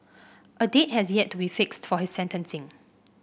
a date has yet to be fixed for his sentencing